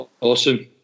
awesome